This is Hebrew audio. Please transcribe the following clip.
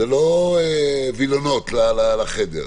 זה לא וילונות לחדר,